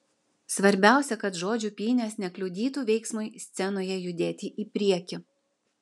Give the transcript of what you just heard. svarbiausia kad žodžių pynės nekliudytų veiksmui scenoje judėti į priekį